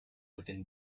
within